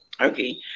Okay